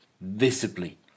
visibly